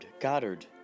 Goddard